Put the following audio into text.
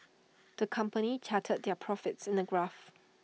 the company charted their profits in A graph